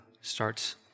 starts